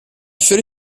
fiori